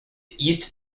east